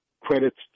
credits